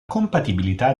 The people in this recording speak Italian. compatibilità